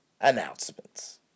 announcements